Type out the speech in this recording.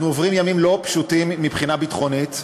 אנחנו עוברים ימים לא פשוטים מבחינה ביטחונית,